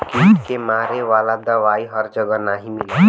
कीट के मारे वाला दवाई हर जगह नाही मिलला